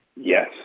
Yes